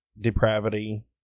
depravity